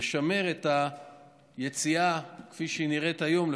לשמר את היציאה מהמצב הזה כפי שהיא נראית היום,